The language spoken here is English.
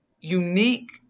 unique